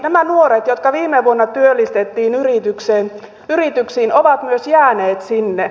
nämä nuoret jotka viime vuonna työllistettiin yrityksiin ovat myös jääneet sinne